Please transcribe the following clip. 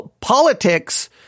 politics